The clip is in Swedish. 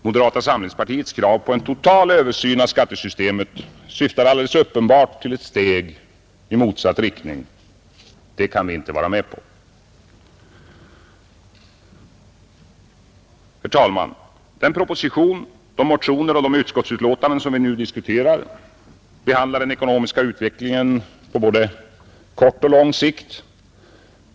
Moderata samlingspartiets krav på total översyn av skattesystemet syftar uppenbarligen till ett steg i motsatt riktning. Det kan vi inte vara med på. Herr talman! Den proposition, de motioner och utskottsbetänkanden som här diskuteras behandlar den ekonomiska utvecklingen på både kort och lång sikt.